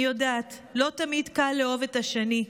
אני יודעת, לא תמיד קל לאהוב את השני.